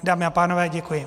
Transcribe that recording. Dámy a pánové, děkuji.